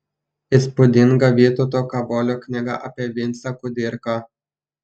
įspūdinga vytauto kavolio knyga apie vincą kudirką